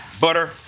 butter